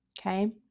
Okay